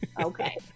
Okay